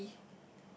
beauty